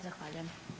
Zahvaljujem.